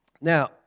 Now